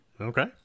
okay